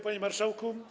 Panie Marszałku!